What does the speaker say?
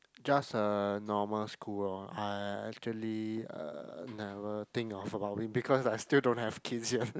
just a normal school lor I actually uh never think of about it because I still don't have kids yet